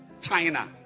China